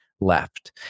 left